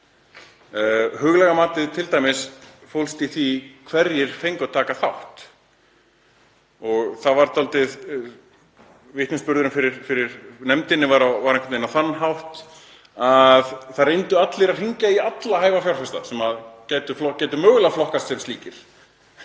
Huglæga matið fólst t.d. í því hverjir fengu að taka þátt. Vitnisburðurinn fyrir nefndinni var einhvern veginn á þann hátt að það reyndu allir að hringja í alla hæfa fjárfesta sem gætu mögulega flokkast sem slíkir.